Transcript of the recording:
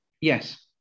yes